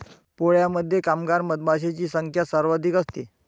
पोळ्यामध्ये कामगार मधमाशांची संख्या सर्वाधिक असते